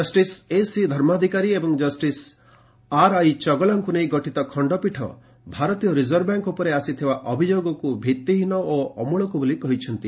justice S C Dharmadhikari ଏବଂ justice R I ଚଗଲାଙ୍କୁ ନେଇ ଗଠିତ ଖଣ୍ଡପୀଠ ଭାରତୀୟ ରିଜର୍ଭ ବ୍ୟାଙ୍କ ଉପରେ ହୋଇଥିବା ଅଭିଯୋଗ ଭିଭିହୀନ ଓ ଅମୂଳକ ବୋଲି କହିଛନ୍ତି